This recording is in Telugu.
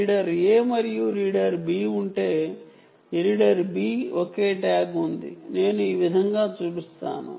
రీడర్ A మరియు రీడర్ B ఉంటే ఒకే ట్యాగ్ ఉంది నేను ఈ విధంగా చూపిస్తాను